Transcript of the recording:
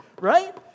Right